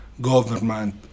government